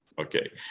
Okay